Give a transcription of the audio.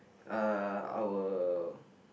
uh our